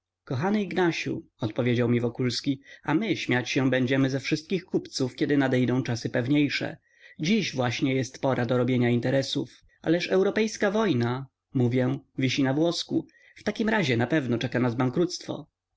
kochany ignasiu odpowiedział mi wokulski a my śmiać się będziemy ze wszystkich kupców kiedy nadejdą czasy pewniejsze dziś właśnie jest pora do robienia interesów ależ europejska wojna mówię wisi na włosku w takim razie napewno czeka nas